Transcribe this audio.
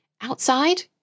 outside